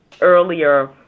earlier